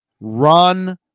run